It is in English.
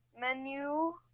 menu